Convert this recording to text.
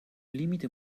limite